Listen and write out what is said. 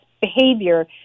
behavior